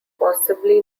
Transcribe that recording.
possibly